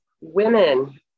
women